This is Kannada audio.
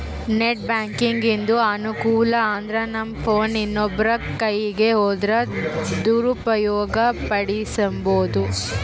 ನೆಟ್ ಬ್ಯಾಂಕಿಂಗಿಂದು ಅನಾನುಕೂಲ ಅಂದ್ರನಮ್ ಫೋನ್ ಇನ್ನೊಬ್ರ ಕೈಯಿಗ್ ಹೋದ್ರ ದುರುಪಯೋಗ ಪಡಿಸೆಂಬೋದು